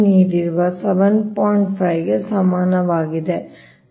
5 ಗೆ ಸಮನಾಗಿರುತ್ತದೆ